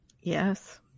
Yes